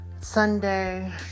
sunday